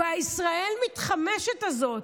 "ישראל מתחמשת" הזאת,